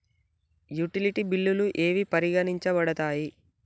Utility బిల్లులు ఏవి పరిగణించబడతాయి?